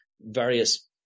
various